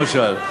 למשל?